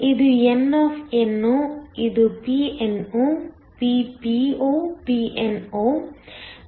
ಇದು nno ಇದು Pno Ppo Pno